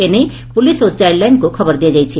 ଏ ନେଇ ପୁଲିସ୍ ଓ ଚାଇଲ୍ଡ ଲାଇନ୍କୁ ଖବର ଦିଆଯାଇଛି